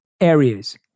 areas